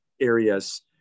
areas